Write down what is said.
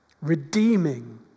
redeeming